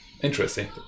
Interesting